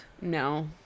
no